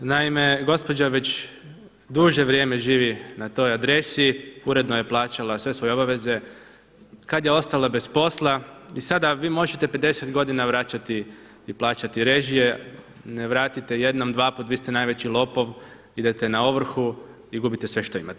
Naime, gospođa već duže vrijeme živi na toj adresi, uredno je plaćala sve svoje obaveze kad je ostala bez posla i sada vi možete 50 godina vraćati i plaćati režije, ne vratite jednom, dva put vi ste najveći lopov idete na ovrhu i gubite sve što imate.